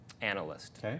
analyst